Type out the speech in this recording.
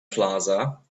plaza